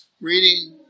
reading